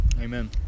Amen